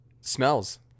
smells